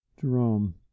Jerome